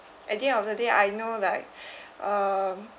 at the end of the day I know like um